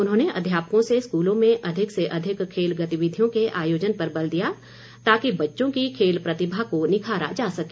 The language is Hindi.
उन्होंने अध्यापकों से स्कूलों में अधिक से अधिक खेल गतिविधियों के आयोजन पर बल दिया ताकि बच्चों की खेल प्रतिभा को निखारा जा सके